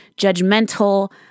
judgmental